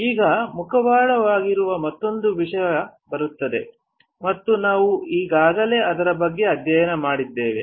ಈಗ ಮುಖವಾಡವಾಗಿರುವ ಮತ್ತೊಂದು ವಿಷಯ ಬರುತ್ತದೆ ಮತ್ತು ನಾವು ಈಗಾಗಲೇ ಅದರ ಬಗ್ಗೆ ಅಧ್ಯಯನ ಮಾಡಿದ್ದೇವೆ